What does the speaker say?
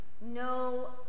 no